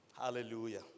Hallelujah